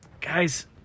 Guys